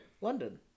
London